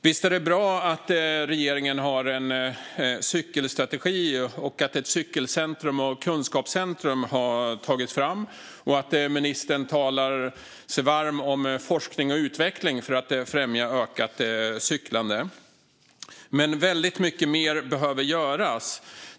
Visst är det bra att regeringen har en cykelstrategi, att ett cykelcentrum och kunskapscentrum har tagits fram och att ministern talar sig varm för forskning och utveckling för att främja ökat cyklande. Men väldigt mycket mer behöver göras.